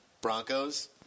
Broncos